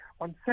On